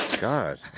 God